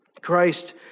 Christ